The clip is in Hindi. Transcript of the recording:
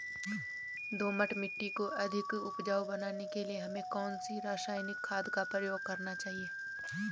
दोमट मिट्टी को अधिक उपजाऊ बनाने के लिए हमें कौन सी रासायनिक खाद का प्रयोग करना चाहिए?